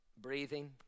breathing